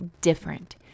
different